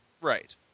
Right